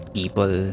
people